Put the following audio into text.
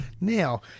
Now